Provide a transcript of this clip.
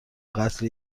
قتل